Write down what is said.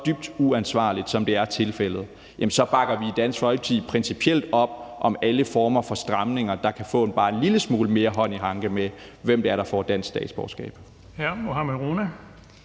dybt uansvarligt, som det er tilfældet, så bakker vi i Dansk Folkeparti principielt op om alle former for stramninger, der gør, at man kan få bare en lille smule mere hånd i hanke med, hvem det er, der får dansk statsborgerskab.